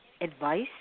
advice